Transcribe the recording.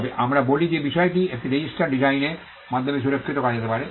তবে আমরা বলি যে বিষয়টিকে একটি রেজিস্টার ডিজাইনের মাধ্যমে সুরক্ষিত করা যেতে পারে